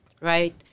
right